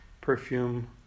Perfume